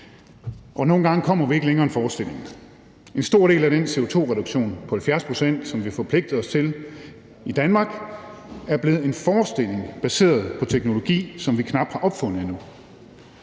nogle gange kommer vi ikke længere end til forestillingerne. En stor del af den CO2-reduktion på 70 pct., som vi forpligtede os til i Danmark, er blevet en forestilling baseret på teknologi, som vi knap har opfundet endnu.